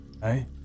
Hey